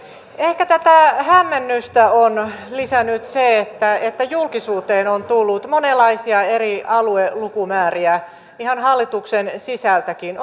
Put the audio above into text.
ehkä tätä hämmennystä on lisännyt se että julkisuuteen on tullut monenlaisia eri aluelukumääriä ihan hallituksen sisältäkin